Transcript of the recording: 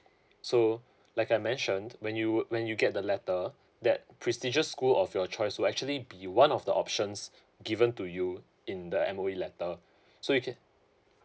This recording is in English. so like I mentioned when you uh when you get the letter that prestigious school of your choice will actually be one of the options given to you in the M_O_E letter so you can